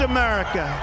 America